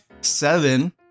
Seven